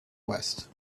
west